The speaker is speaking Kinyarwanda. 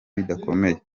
bidakomeye